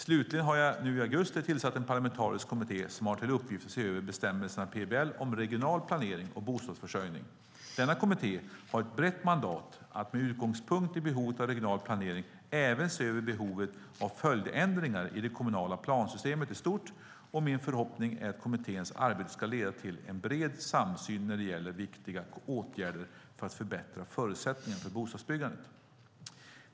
Slutligen har jag nu i augusti tillsatt en parlamentarisk kommitté som har till uppgift att se över bestämmelser i PBL om regional planering och bostadsförsörjning . Denna kommitté har ett brett mandat att med utgångspunkt i behovet av regional planering även se över behovet av följdändringar i det kommunala plansystemet i stort, och min förhoppning är att kommitténs arbete ska leda till en bred samsyn när det gäller viktiga åtgärder för att förbättra förutsättningarna för bostadsbyggandet.